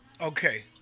okay